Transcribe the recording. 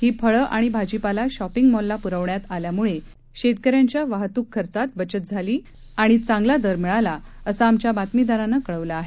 ही फळं आणि भाजीपाला शॉपिंग मॉलला पुरवण्यात आल्यामुळे शेतकऱ्यांच्या वाहतूक खर्चात बचत झाली आणि चांगला दर मिळाला असं आमच्या बातमीदारानं कळवलं आहे